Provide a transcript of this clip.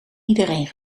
iedereen